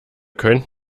könnt